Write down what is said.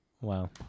Wow